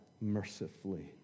mercifully